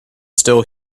still